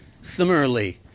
Similarly